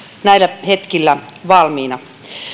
näillä hetkillä valmiina